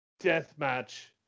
deathmatch